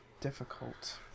difficult